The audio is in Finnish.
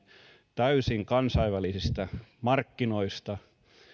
täysin kansainvälisistä markkinoista